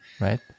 Right